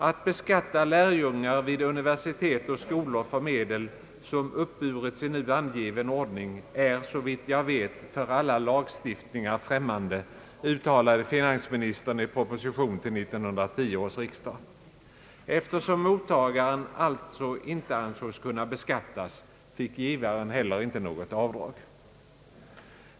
»Att beskatta lärjungar vid universitet och skolor för medel, som uppburits i nu angiven ordning, är, såvitt jag vet, för alla lagstiftningar främmande», uttalade finansministern i proposition till 1910 års riksdag. Eftersom mottagaren alltså inte ansågs kunna beskattas, fick givaren inte heller något avdrag.